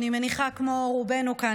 כמו רובנו כאן,